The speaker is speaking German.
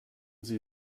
sie